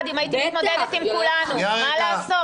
מה זה?